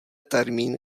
termín